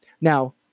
Now